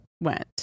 went